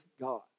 God